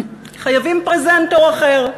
חייבים פרזנטור אחר,